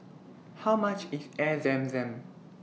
How much IS Air Zam Zam